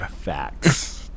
Facts